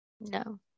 no